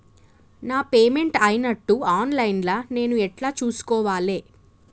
నా పేమెంట్ అయినట్టు online లా నేను ఎట్ల చూస్కోవాలే?